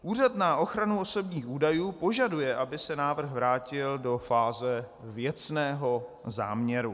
Úřad na ochranu osobních údajů požaduje, aby se návrh vrátil do fáze věcného záměru.